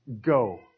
go